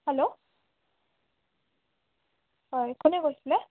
hello হয় কোনে কৈছিলে